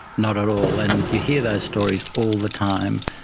not at all, and you hear those stories all the time,